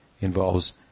Involves